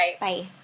Bye